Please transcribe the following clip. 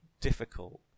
difficult